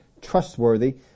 trustworthy